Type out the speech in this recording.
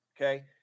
okay